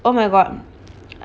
oh my god